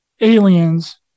aliens